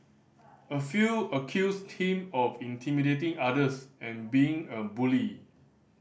a few accused him of intimidating others and being a bully